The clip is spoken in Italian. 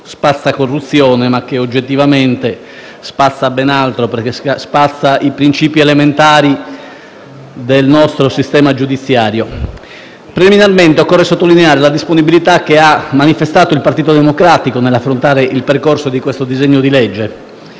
spazza corruzione, ma che oggettivamente spazza ben altro, ovvero i principi elementari del nostro sistema giudiziario. Preliminarmente, occorre sottolineare la disponibilità che il Partito Democratico ha manifestato nell'affrontare il percorso di questo disegno di legge,